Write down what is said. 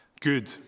Good